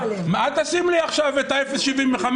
אל תשים לי עכשיו את ה-0.75.